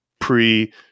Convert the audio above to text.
pre